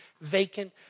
vacant